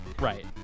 right